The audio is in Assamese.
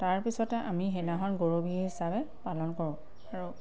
তাৰপিছতে আমি সেইদিনাখন গৰু বিহু হিচাপে পালন কৰোঁ আৰু